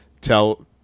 tell